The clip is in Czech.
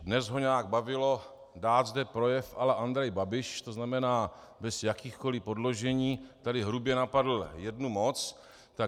Dnes ho nějak bavilo dát zde projev à la Andrej Babiš, to znamená bez jakýchkoli podložení tady hrubě napadl jednu moc.